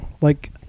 like-